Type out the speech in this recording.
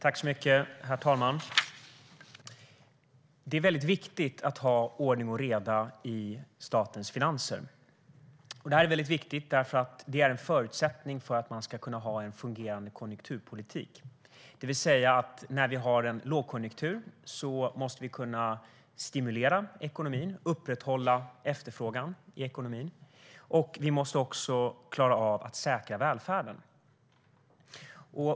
Herr talman! Det är väldigt viktigt att ha ordning och reda i statens finanser. Det är viktigt därför att det är en förutsättning för en fungerande konjunkturpolitik. Vid en lågkonjunktur måste vi kunna stimulera ekonomin och upprätthålla efterfrågan, och vi måste också klara av att säkra välfärden.